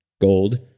gold